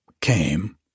came